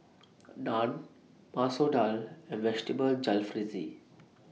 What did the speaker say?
Naan Masoor Dal and Vegetable Jalfrezi